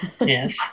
Yes